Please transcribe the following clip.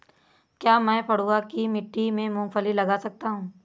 क्या मैं पडुआ की मिट्टी में मूँगफली लगा सकता हूँ?